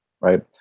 right